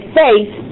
faith